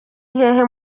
hehe